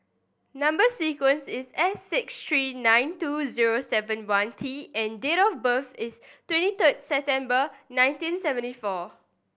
number sequence is S six three nine two zero seven one T and date of birth is twenty third September nineteen seventy four